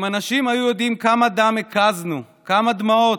אם אנשים היו יודעים כמה דם הקזנו, כמה דמעות,